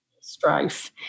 strife